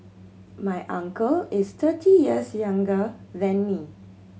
my uncle is thirty years younger than me